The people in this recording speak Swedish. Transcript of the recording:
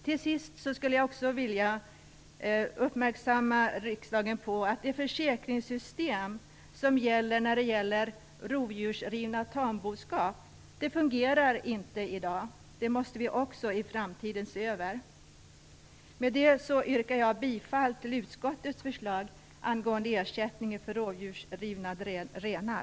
Till sist skulle jag också vilja uppmärksamma riksdagen på att inte heller det försäkringssystem som gäller i fråga om rovdjursriven tamboskap fungerar i dag. Det måste vi också se över i framtiden. Med de orden yrkar jag bifall till utskottets förslag angående ersättningen för rovdjursrivna renar.